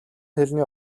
хэлний